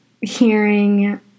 hearing